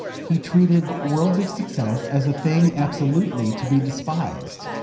he treated worldly success as a thing absolutely to be despised.